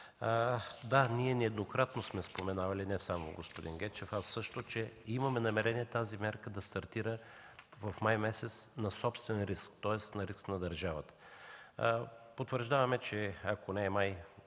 Да, ние нееднократно сме споменавали, не само господин Гечев, аз също, че имаме намерение тази мярка да стартира през май месец на собствен риск, тоест на риск на държавата.